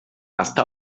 està